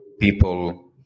people